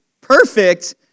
perfect